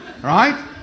right